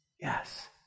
yes